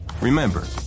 Remember